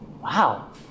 wow